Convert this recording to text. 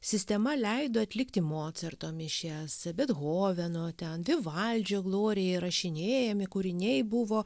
sistema leido atlikti mocarto mišias bethoveno ten vivaldžio gloriją įrašinėjami kūriniai buvo